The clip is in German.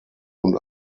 und